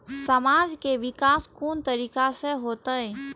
समाज के विकास कोन तरीका से होते?